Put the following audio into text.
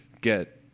get